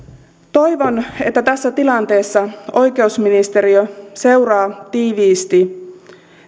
toivon että tässä tilanteessa oikeusministeriö seuraa tiiviisti